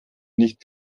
nicht